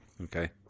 Okay